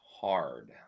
hard